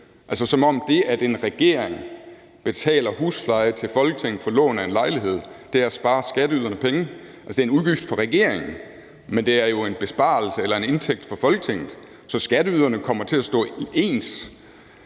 som om det, at en regering ikke betaler husleje til Folketinget for lån af en lejlighed, er at spare skatteyderne for penge. Altså, det er en udgift for regeringen, men det er jo en indtægt for Folketinget, så skatteyderne kommer til at stå ens.